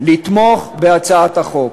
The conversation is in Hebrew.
לתמוך בהצעת החוק.